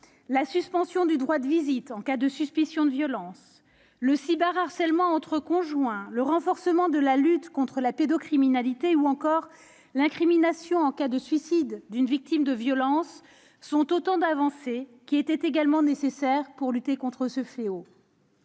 la suspension du droit de visite en cas de suspicion de violences, le cyberharcèlement entre conjoints, le renforcement de la lutte contre la pédocriminalité ou encore l'incrimination en cas de suicide d'une victime de violences sont autant d'avancées qui étaient également nécessaires pour lutter contre ce fléau.